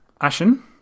ashen